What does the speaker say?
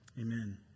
amen